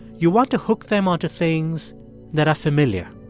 you want to hook them onto things that are familiar.